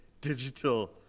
digital